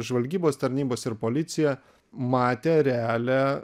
žvalgybos tarnybos ir policija matė realią